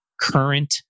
current